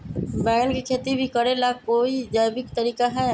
बैंगन के खेती भी करे ला का कोई जैविक तरीका है?